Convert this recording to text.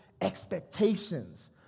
expectations